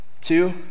Two